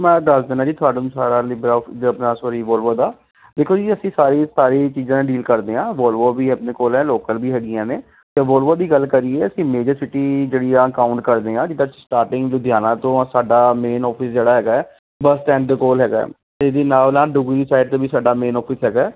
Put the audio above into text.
ਮੈਂ ਦੱਸ ਦਿੰਦਾ ਜੀ ਤੁਹਾਨੂੰ ਸਾਰਾ ਲਿਬਰਾ ਆਪਣਾ ਸੋਰੀ ਵੋਲਵੋ ਦਾ ਦੇਖੋ ਜੀ ਅਸੀਂ ਸਾਰੀ ਸਾਰੀ ਚੀਜ਼ਾਂ ਡੀਲ ਕਰਦੇ ਹਾਂ ਵੋਲਵੋ ਵੀ ਆਪਣੇ ਕੋਲ ਹੈ ਲੋਕਲ ਵੀ ਹੈਗੀਆਂ ਨੇ ਅਤੇ ਵੋਲਵੋ ਦੀ ਗੱਲ ਕਰੀਏ ਕਿ ਮੇਜਰ ਸਿਟੀ ਜਿਹੜਆਂ ਕਾਊਂਟ ਕਰਦੇ ਆ ਜਿੱਦਾ ਸਟਾਟਿੰਗ ਲੁਧਿਆਣਾ ਤੋਂ ਆ ਸਾਡਾ ਮੇਨ ਔਫਿਸ ਜਿਹੜਾ ਹੈਗਾ ਹੈ ਬੱਸ ਸਟੈਂਡ ਦੇ ਕੋਲ ਹੈਗਾ ਜੀ ਨਾਲ ਨਾ ਦੁੱਗਰੀ ਸਾਈਡ ਵੀ ਸਾਡਾ ਮੇਨ ਔਫਿਸ ਹੈਗਾ